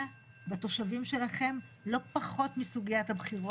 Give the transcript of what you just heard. בתושבים שלכם לא פחות מסוגיית הבחירות.